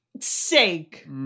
sake